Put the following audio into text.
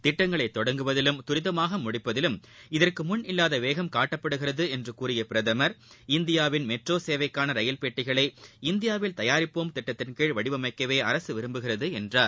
திட்டங்களை தொடங்குவதிலும் துரிதமாக முடிப்பதிலும் இதற்கு முன் இல்லாத வேகம் காட்டப்படுகிறது என்று கூறிய பிரதமர் இந்தியாவின் மெட்ரோ சேவைக்கான ரயில் பெட்டிகளை இந்தியாவில் தயாரிப்போம் திட்டத்தின்கீழ் வடிவமைக்கவே அரசு விரும்புகிறது என்றார்